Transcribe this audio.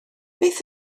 beth